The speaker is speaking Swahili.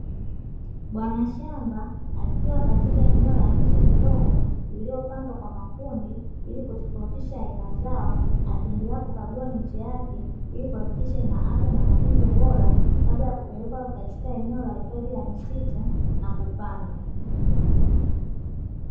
Bwana shamba akiwa Katika eneo la miche midogo iliyopandwa kwa makundi ili kutofautisha aina zao, akiendelea kukagua miche yake, ili kuhakikisha ina afya na matunzo bora kabla ya kupelekwa katika eneo la hifadhi ya misitu na kupandwa.